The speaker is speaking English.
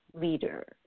leader